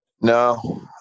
No